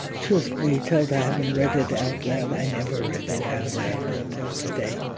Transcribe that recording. truth be told i haven't read it out loud, i never read it out loud until today.